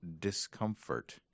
discomfort